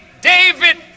david